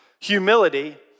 Humility